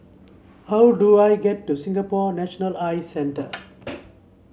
how do I get to Singapore National Eye Centre